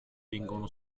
vengono